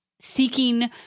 seeking